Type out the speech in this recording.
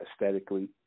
aesthetically